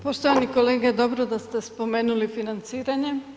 Poštovani kolega, dobro da ste spomenuli financiranje.